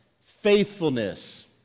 faithfulness